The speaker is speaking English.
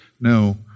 no